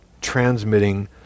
transmitting